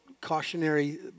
cautionary